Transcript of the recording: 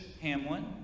Hamlin